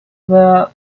were